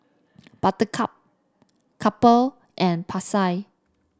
Buttercup Kappa and Pasar